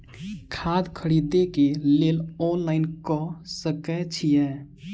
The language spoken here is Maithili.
खाद खरीदे केँ लेल ऑनलाइन कऽ सकय छीयै?